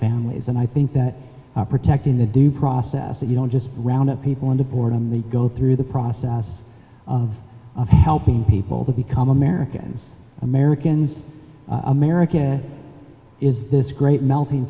families and i think that protecting the due process that you don't just round up people in the boredom they go through the process of helping people to become americans americans america is this great melting